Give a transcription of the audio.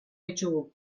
ditugu